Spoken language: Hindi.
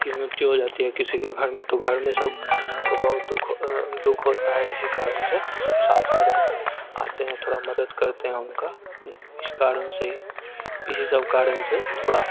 की मृत्यु हो जाती है किसी के घर में तो घर में सब को बहुत दुःख दुःख होता है इसी कारण से सब साथ में रहते आते हैं थोड़ा मदद करते हैं उनका इस कारण से ही इसी सब कारण से थोड़ा